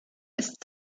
ist